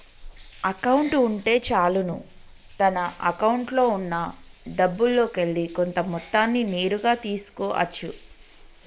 account ఉంటే చాలును తన అకౌంట్లో ఉన్నా డబ్బుల్లోకెల్లి కొంత మొత్తాన్ని నేరుగా తీసుకో అచ్చు